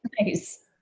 nice